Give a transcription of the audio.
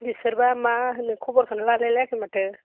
बिसोरबा मा होनो खबरखौनो लालायलायाखै माथो